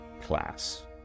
class